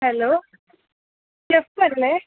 hello ഷെഫല്ലേ